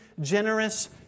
generous